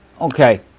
Okay